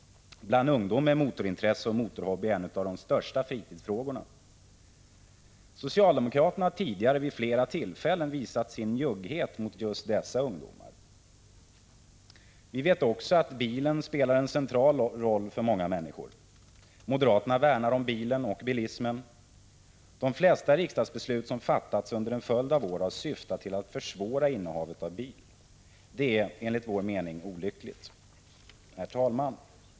Bland ungdomar är motorintresse och motorhobby en av de största fritidsfrågorna. Socialdemokraterna har tidigare vid flera tillfällen visat sin njugghet mot just dessa ungdomar. Vi vet också att bilen spelar en central roll för många människor. Moderaterna värnar om bilen och bilismen. De flesta riksdagsbeslut som fattats under en följd av år har syftat till att försvåra innehavet av bil. Det är, enligt vår mening, olyckligt. Herr talman!